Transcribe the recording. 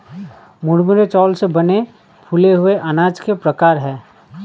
मुरमुरे चावल से बने फूले हुए अनाज के प्रकार है